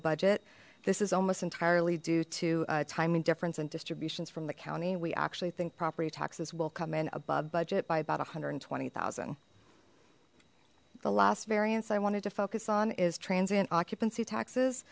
budget this is almost entirely due to a timing difference in distributions from the county we actually think property taxes will come in above budget by about a hundred and twenty thousand the last variance i wanted to focus on is transient occupancy taxes